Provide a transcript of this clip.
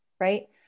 right